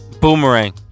Boomerang